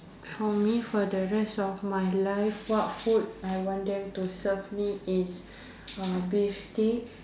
for me for the rest of my life what food I want them to serve me is beef steak